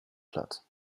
platt